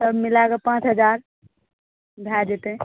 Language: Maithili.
सब मिलाकऽ पाँच हजार भऽ जेतै